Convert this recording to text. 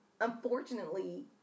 unfortunately